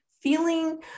feeling